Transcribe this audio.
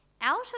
Out